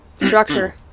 structure